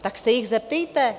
Tak se jich zeptejte.